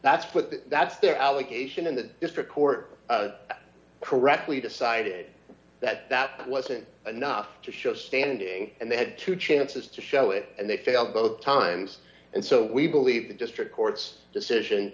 the that's their allegation in that district court correctly decided that that wasn't enough to show standing and they had two chances to show it and they failed both times and so we believe the district court's decision